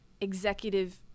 executive